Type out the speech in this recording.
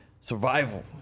survival